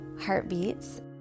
heartbeats